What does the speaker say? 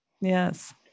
Yes